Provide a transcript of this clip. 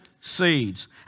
seeds